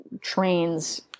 trains